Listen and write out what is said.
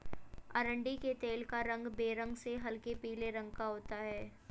अरंडी के तेल का रंग बेरंग से हल्के पीले रंग का होता है